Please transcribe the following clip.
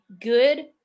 good